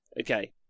Okay